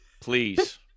Please